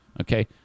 okay